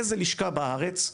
באיזו לשכה בארץ,